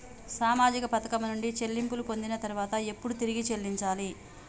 సామాజిక పథకం నుండి చెల్లింపులు పొందిన తర్వాత ఎప్పుడు తిరిగి చెల్లించాలి?